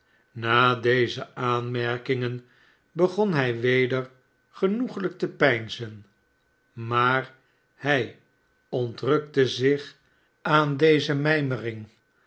na deze aanmerkingen begon hij weder genoeglijk te pemzen snaar hij ontrukte zich aan deze mijmering